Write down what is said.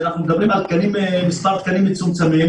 אנחנו מדברים על מס' תקנים מצומצם,